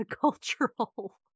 cultural